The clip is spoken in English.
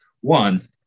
One